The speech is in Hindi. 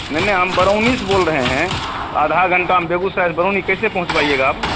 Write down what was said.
नहीं नहीं हम बरौनी से बोल रहे हैं तो आधे घंटे में बेगूसराय से बरौनी कैसे पहुँचवाइएगा आप